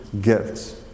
gifts